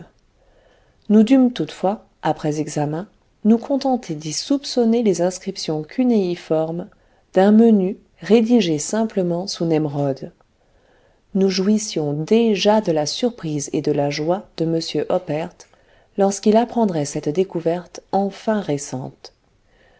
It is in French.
nous dûmes toutefois après examen nous contenter d'y soupçonner les inscriptions cunéiformes d'un menu rédigé simplement sous nemrod nous jouissions déjà de la surprise et de la joie de m oppert lorsqu'il apprendrait cette découverte enfin récente